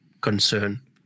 concern